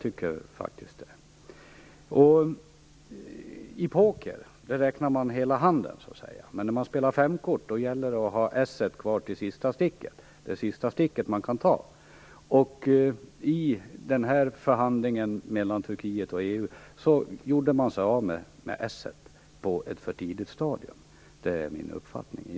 I pokerspel räknar man alla kort på hand, men när man spelar femkort gäller det att ha esset kvar till det sista sticket. I EU:s förhandling med Turkiet gjorde man sig av med esset på ett för tidigt stadium. Det är min uppfattning.